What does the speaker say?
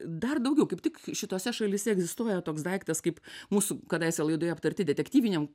dar daugiau kaip tik šitose šalyse egzistuoja toks daiktas kaip mūsų kadaise laidoje aptarti detektyviniam